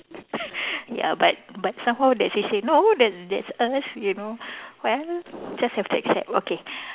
ya but but somehow they actually say no then that's us you know well just have to accept okay